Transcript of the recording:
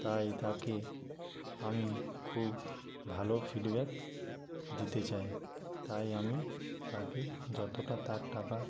তাই তাকে আমি খুব ভালো ফিডব্যাক দিতে চাই তাই আমি তাকে যতটা তার টাকা